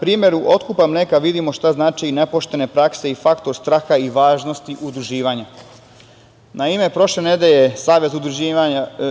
primeru otkupa mleka vidimo šta znači i nepoštena praksa i faktor straha i važnosti udruživanja. Naime, prošle nedelje Savez